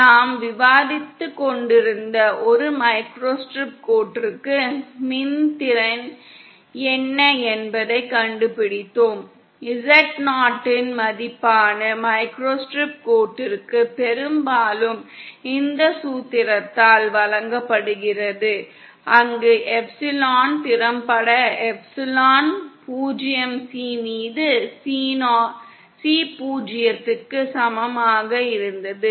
நாம் விவாதித்துக்கொண்டிருந்த ஒரு மைக்ரோஸ்ட்ரிப் கோட்டிற்கு மின் திறன் என்ன என்பதைக் கண்டுபிடித்தோம் Z0 இன் மதிப்பான மைக்ரோஸ்ட்ரிப் கோட்டிற்கு பெரும்பாலும் இந்த சூத்திரத்தால் வழங்கப்படுகிறது அங்கு எப்சிலன் திறம்பட எப்சிலன் 0 C மீது C 0 க்கு சமமாக இருந்தது